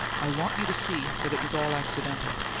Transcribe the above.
i want you to see that it was all accidental.